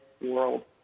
world